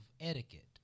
etiquette